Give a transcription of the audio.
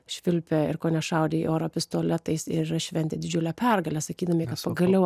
švilpė ir kone šaudė į orą pistoletais ir šventė didžiulę pergalę sakydami kad pagaliau